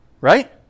right